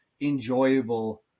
enjoyable